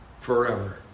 forever